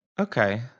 Okay